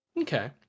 Okay